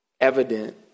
evident